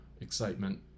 excitement